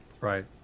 Right